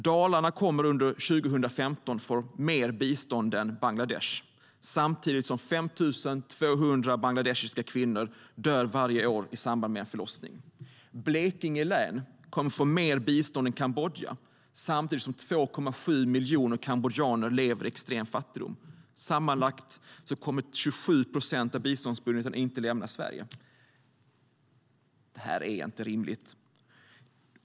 Dalarna kommer under 2015 att få mer bistånd än Bangladesh, samtidigt som 5 200 bangladeshiska kvinnor dör varje år i samband med en förlossning. Blekinge län kommer att få mer bistånd än Kambodja, samtidigt som 2,7 miljoner kambodjaner lever i extrem fattigdom. Sammanlagt kommer 27 procent av biståndsbudgeten inte att lämna Sverige.Det här är inte rimligt.